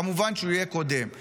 כמובן שהוא יהיה קודם.